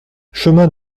chemin